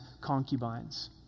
concubines